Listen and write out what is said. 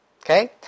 Okay